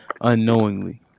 unknowingly